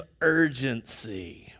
urgency